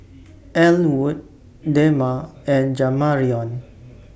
Ellwood Dema and Jamarion